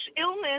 illness